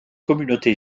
communauté